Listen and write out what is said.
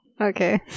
Okay